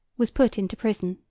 was put into prison.